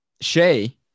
Shay